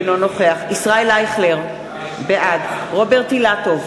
אינו נוכח ישראל אייכלר, בעד רוברט אילטוב,